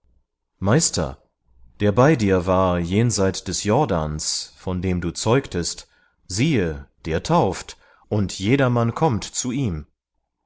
meister der bei dir war jenseit des jordans von dem du zeugtest siehe der tauft und jedermann kommt zu ihm